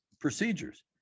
procedures